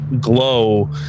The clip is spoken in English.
glow